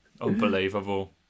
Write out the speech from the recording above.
Unbelievable